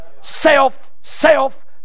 self-self